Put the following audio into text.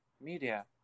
media